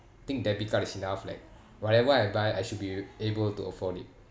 think debit card is enough like whatever I buy I should be able to afford it